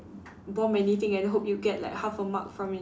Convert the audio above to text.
bomb anything and hope you get like half a mark from it